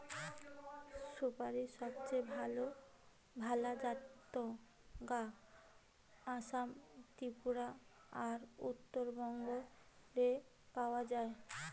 সুপারীর সবচেয়ে ভালা জাত গা আসাম, ত্রিপুরা আর উত্তরবঙ্গ রে পাওয়া যায়